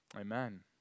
Amen